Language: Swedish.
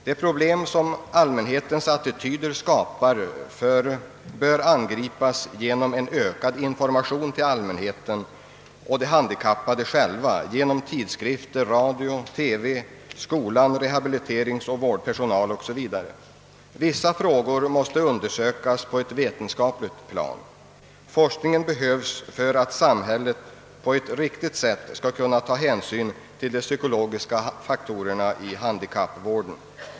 De problem som allmänhetens attityder skapar bör angripas genom en ökad information till allmänheten och de handikappade själva genom tidskrifter, radio, TV, skolan, rehabiliteringsoch vårdpersonal o. s. v. Vissa frågor måste undersökas på ett vetenskapligt plan. Forskning behövs för att samhället på ett riktigt sätt skall kunna ta hänsyn till de psykologiska faktorerna i handikappvården.